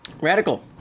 Radical